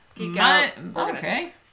Okay